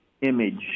image